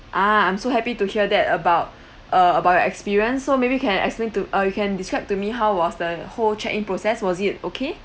ah I'm so happy to hear that about uh about your experience so maybe can you can explain to you can describe to me how was the whole check-in process was it okay